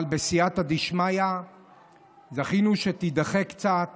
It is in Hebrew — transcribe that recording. אבל בסייעתא דשמיא זכינו שיידחה קצת